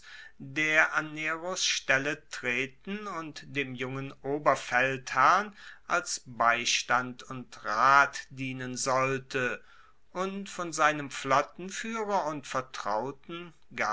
der an neros stelle treten und dem jungen oberfeldherrn als beistand und rat dienen sollte und von seinem flottenfuehrer und vertrauten